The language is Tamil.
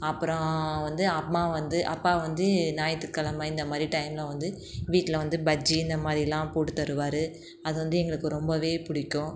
அப்புறம் வந்து அம்மா வந்து அப்பா வந்து ஞாயிற்றுக் கிழம இந்தமாதிரி டைமில் வந்து வீட்டில் வந்து பஜ்ஜி இந்தமாதிரிலாம் போட்டுத் தருவார் அதுவந்து எங்களுக்கு ரொம்ப பிடிக்கும்